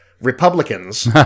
Republicans